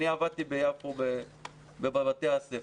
עבדתי ביפו בבתי הספר,